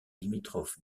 limitrophe